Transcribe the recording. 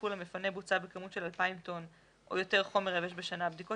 טיפול המפנה בוצה בכמות של 2,000 טון או יותר חומר יבש בשנה בדיקות